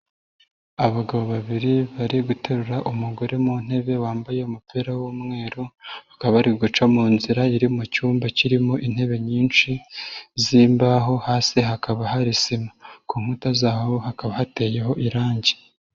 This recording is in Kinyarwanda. Abagabo babiri bari guterura umugore mu ntebe wambaye umupira w'umweru bakaba bari guca mu nzira iri mu cyumba kirimo intebe nyinshi z'imbaho hasi hakaba hari sima, ku nkuta z'aho hakaba hateyeho irangi.